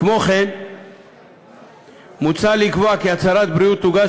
כמו כן מוצע לקבוע כי הצהרת בריאות תוגש